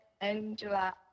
Angela